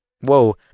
Whoa